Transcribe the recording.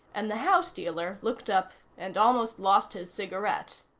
and the house dealer looked up and almost lost his cigarette.